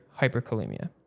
hyperkalemia